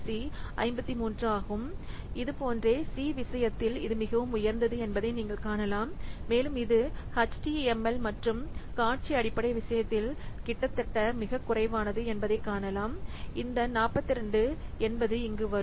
C 53 ஆகும் இது போன்றது சி விஷயத்தில் இது மிக உயர்ந்தது என்பதை நீங்கள் காணலாம் மேலும் இது HTML மற்றும் காட்சி அடிப்படை விஷயத்தில் இது கிட்டத்தட்ட மிகக் குறைவானது என்பதைக் காணலாம் இந்த 42 என்பது இங்கு வரும்